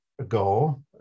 ago